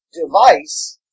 device